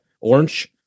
orange